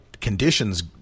conditions